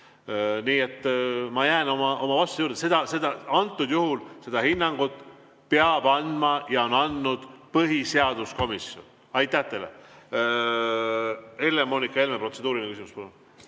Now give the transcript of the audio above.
Nii et ma jään oma vastuse juurde. Antud juhul selle hinnangu peab andma ja on andnud põhiseaduskomisjon. Aitäh teile! Helle-Moonika Helme, protseduuriline küsimus, palun!